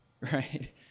Right